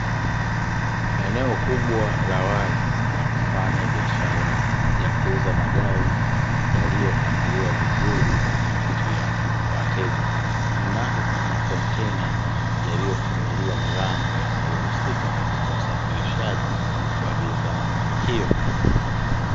Eneo kubwa la wazi la kufanya biashara ya kuuza magari, yaliyopangiliwa vizuri kwa kuvutia wateja. Nyuma yake kuna makontena yaliyofunguliwa milango yanayohusika katika usafirishaji wa bidhaa hiyo.